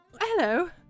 Hello